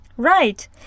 Right